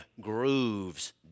grooves